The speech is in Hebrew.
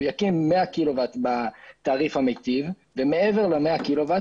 הוא יקים 100 קילוואט בתעריף המיטיב ומעבר ל-100 קילוואט